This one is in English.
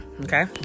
okay